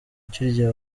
kirya